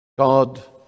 God